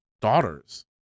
daughters